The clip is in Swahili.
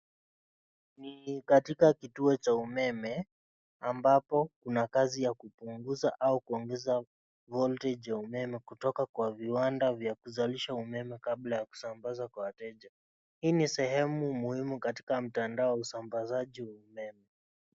Ni katika kituo cha umeme ambapo unakazi ya kupunguza au kuongeza Voltage ya umeme kutoka kwa viwanda vya kuzalisha umeme kabla ya kusambaza umeme kwa wateja, hii ni sehemu muhimu katika mtandao wa usambazaji wa umeme.